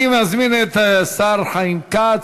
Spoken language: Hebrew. אני מזמין את השר חיים כץ,